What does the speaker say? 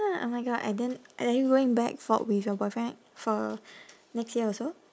oh my god and then and are you going back for with your boyfriend for next year also